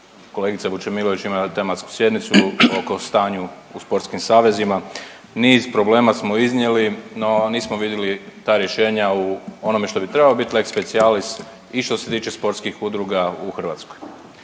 kolegica Vučemilović imala je tematsku sjednicu oko stanju u sportskim savezima. Niz problema smo iznijeli, no nismo vidjeli ta rješenja u onome što bi trebalo biti lex specialis i što se tiče sportskih udruga u Hrvatskoj.